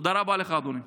תודה רבה לך, אדוני.